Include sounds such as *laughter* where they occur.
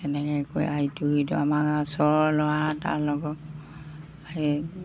তেনেকৈ কৈ *unintelligible* আমাৰ ওচৰৰ ল'ৰা এটাৰ লগত এই